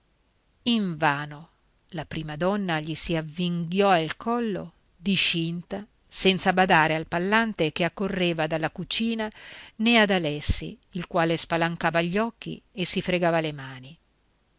invano la prima donna gli si avvinghiò al collo discinta senza badare al pallante che accorreva dalla cucina né ad alessi il quale spalancava gli occhi e si fregava le mani